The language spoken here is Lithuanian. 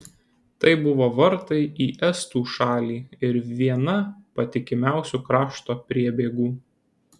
tai buvo vartai į estų šalį ir viena patikimiausių krašto priebėgų